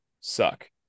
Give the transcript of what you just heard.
suck